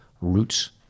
Roots